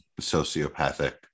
sociopathic